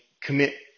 commit